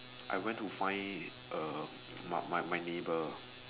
I went to find a my my my neighbor